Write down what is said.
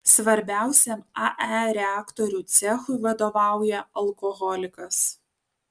svarbiausiam ae reaktorių cechui vadovauja alkoholikas